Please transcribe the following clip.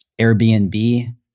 Airbnb